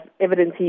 evidence